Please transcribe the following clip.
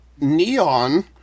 Neon